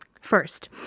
first